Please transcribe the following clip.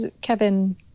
Kevin